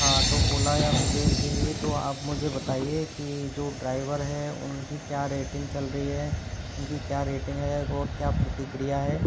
हाँ तो ओला या उबेर के लिए तो आप मुझे बताइए कि जो ड्राइवर है उनकी क्या रेटिंग चल रही है उनकी क्या रेटिंग है और क्या प्रतिक्रिया है